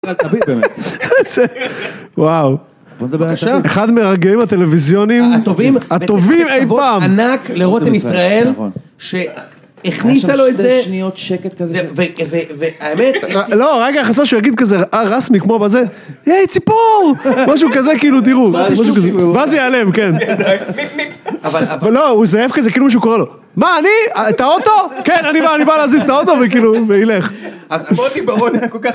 וואו, אחד מרגעים הטלוויזיונים הטובים אי פעם ענק לראות עם ישראל שהכניסה לו את זה והאמת לא רגע חסר שהוא יגיד כזה אה רסמי כמו בזה יאי ציפור משהו כזה כאילו תראו ואז ייעלם כן אבל לא הוא זהב כזה כאילו מישהו קורא לו מה אני? את האוטו? כן אני בא להזיז את האוטו וכאילו והיא לך